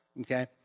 Okay